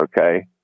Okay